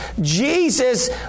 Jesus